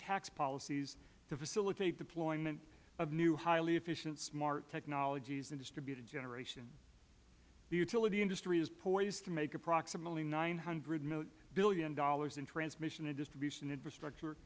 tax policies to facilitate deployment of new highly efficient smart technologies in distributed generation the utility industry is poised to make approximately nine hundred dollars billion in transmission and distribution infrastructure